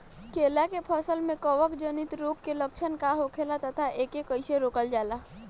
केला के फसल में कवक जनित रोग के लक्षण का होखेला तथा एके कइसे रोकल जाला?